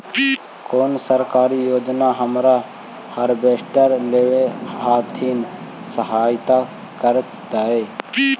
कोन सरकारी योजना हमरा हार्वेस्टर लेवे आर्थिक सहायता करतै?